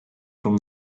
from